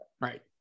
right